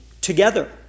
together